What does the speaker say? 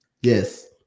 Yes